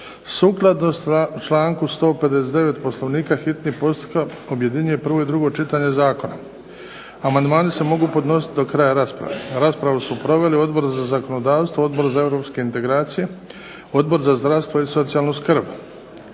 Sukladno članku 159. Poslovnika hitni postupak objedinjuje prvo i drugo čitanje zakona. Amandmani se mogu podnositi do kraja rasprave. Raspravu su proveli Odbor za zakonodavstvo, Odbor za europske integracije, Odbor za zdravstvo i socijalnu skrb.